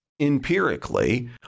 Empirically